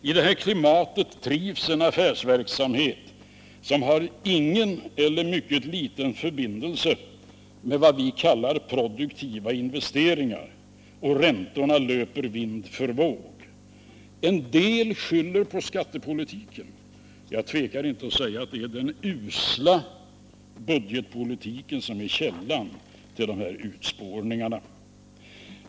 I det här klimatet trivs en affärsverksamhet som har ingen eller mycket liten förbindelse med vad vi kallar produktiva investeringar, och räntorna löper vind för våg. En del skyller på skattepolitiken. Jag tvekar inte att säga att det är den usla budgetpolitiken som är källan till de här urspårningarna.